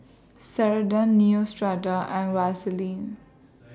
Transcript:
Ceradan Neostrata and Vaselin